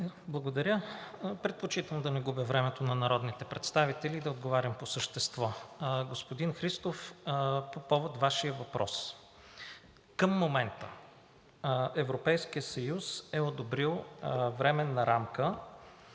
Благодаря. Предпочитам да не губя времето на народните представители и да отговарям по същество. Господин Христов, по повод Вашия въпрос. Към момента Европейският съюз е одобрил временна рамка,